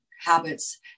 habits